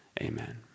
Amen